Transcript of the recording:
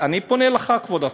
אני פונה אליך, כבוד השר: